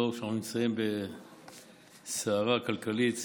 לא כשאנחנו נמצאים בסערה כלכלית,